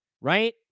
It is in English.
right